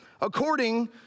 according